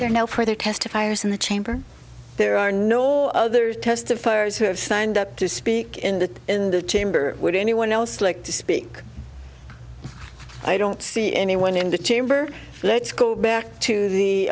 there now for their testifiers in the chamber there are no others testifiers who have signed up to speak in the in the chamber would anyone else like to speak i don't see anyone in the chamber let's go back to the